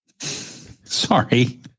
Sorry